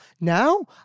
Now